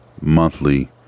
Monthly